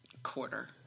quarter